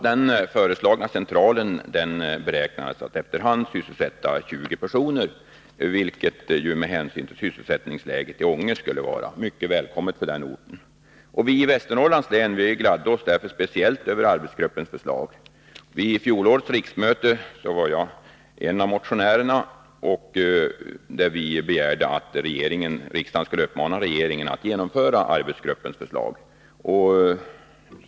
Denna föreslagna central beräknades så småningom kunna sysselsätta 20 personer, vilket ju med hänsyn till sysselsättningsläget i Ånge skulle vara mycket välkommet. I Västernorrlands län gladde vi oss särskilt mycket över arbetsgruppens förslag. Under fjolårets riksmöte var jag en av de motionärer som begärde att riksdagen skulle uppmana regeringen att genomföra arbetsgruppens förslag.